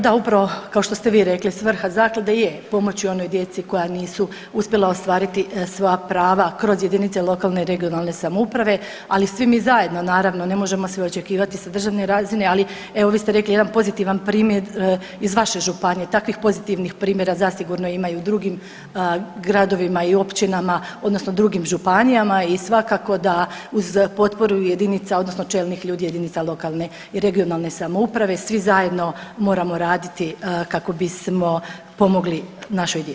Da, upravo kao što ste vi rekli svrha zaklade je pomoći onoj djeci koja nisu uspjela ostvariti svoja prava kroz jedinice lokalne i regionalne samouprave, ali svi mi zajedno naravno ne možemo sve očekivati sa državne razine, ali evo vi ste rekli jedan pozitivan primjer iz vaše županije, takvih pozitivnih primjera zasigurno ima i u drugim gradovima i općinama odnosno drugim županijama i svakako da uz potporu jedinica odnosno čelnih ljudi jedinica lokalne i regionalne samouprave svi zajedno moramo raditi kako bismo pomogli našoj djeci.